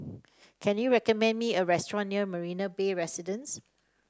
can you recommend me a restaurant near Marina Bay Residences